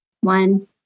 one